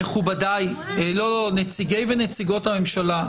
מכובדיי, נציגי ונציגות הממשלה,